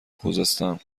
خوزستان